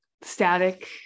static